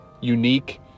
unique